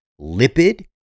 lipid